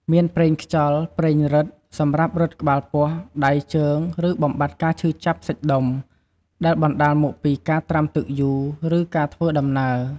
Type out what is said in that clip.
មានប្រេងខ្យល់ ប្រេងរឹត សម្រាប់រឹតក្បាលពោះ ដៃជើង ឬបំបាត់ការឈឺចាប់សាច់ដុំ ដែលបណ្តាលមកពីការត្រាំទឹកយូរ ឬការធ្វើដំណើរ។